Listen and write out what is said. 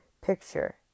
picture